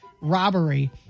robbery